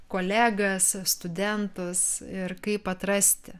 kolegas studentus ir kaip atrasti